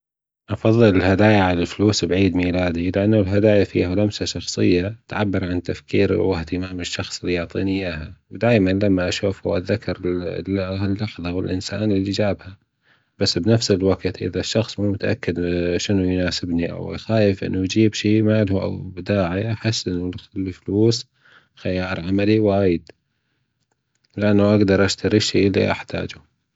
افضل الهدايا عن الفلوس بعيد ميلادى لانه الهدايا فيها لمسة شخصيه تعبر عن تفكير وأهتمام الشخص اللى بيعطينى أياها ودايما لما أشوف أتذكراللحظة والانسان اللى جابها بس بنفس الوجت اذا الشخص ما متأكد انه هالشئ ما يناسبنىاو خايف انه يجيب شئ ما له داعى أحسن له اني أخد منة فلوس خيار عملى وايت لأنه هجدر أشترى الشئ اللىى أحتاجة